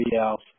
else